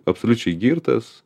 absoliučiai girtas